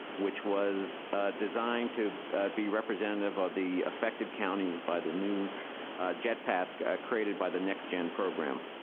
which was designed to be representative of the affected counties by the new jet path created by the next gen program.